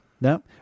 No